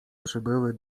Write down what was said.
przybyły